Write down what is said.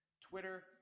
Twitter